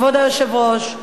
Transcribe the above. כבוד היושב-ראש,